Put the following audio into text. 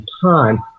time